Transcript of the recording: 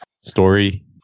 story